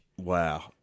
Wow